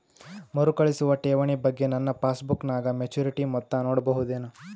ಮರುಕಳಿಸುವ ಠೇವಣಿ ಬಗ್ಗೆ ನನ್ನ ಪಾಸ್ಬುಕ್ ನಾಗ ಮೆಚ್ಯೂರಿಟಿ ಮೊತ್ತ ನೋಡಬಹುದೆನು?